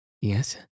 Yes